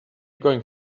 going